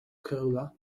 króla